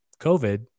COVID